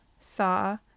saw